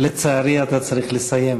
לצערי אתה צריך לסיים.